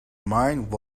mind